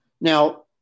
Now